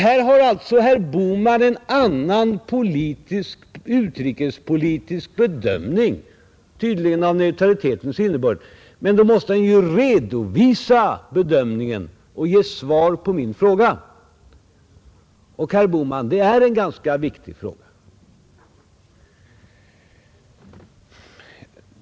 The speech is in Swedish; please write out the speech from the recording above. Här har alltså herr Bohman en annan utrikespolitisk bedömning av neutralitetens innebörd. Men då måste han ju redovisa bedömningen och ge svar på min fråga, och — herr Bohman — det är en ganska viktig fråga.